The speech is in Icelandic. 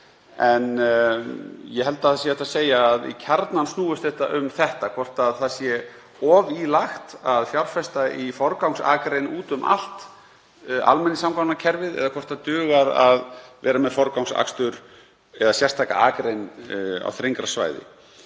En ég held að það sé hægt að segja að í kjarnann snúist þetta um það hvort sé of í lagt að fjárfesta í forgangsakrein úti um allt almenningssamgangnakerfið eða hvort það dugi að vera með forgangsakstur eða sérstaka akrein á þrengra svæði.